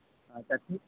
ᱟᱪᱪᱷᱟ ᱴᱷᱤᱠ